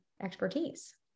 expertise